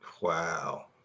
Wow